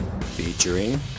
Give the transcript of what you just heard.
Featuring